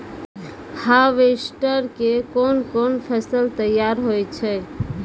Harvester के कोन कोन फसल तैयार होय छै?